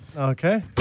Okay